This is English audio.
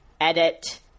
edit